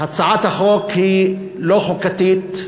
הצעת החוק היא לא חוקתית.